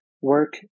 work